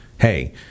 Hey